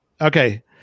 Okay